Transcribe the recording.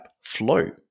flow